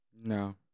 No